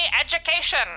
education